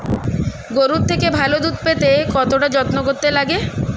গরুর থেকে ভালো দুধ পেতে কতটা যত্ন করতে লাগে